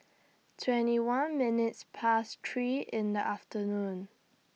twenty one minutes Past three in The afternoon